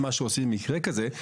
מה שעושים במקרה כזה,